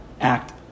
act